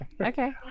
Okay